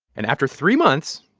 and after three months,